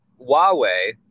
Huawei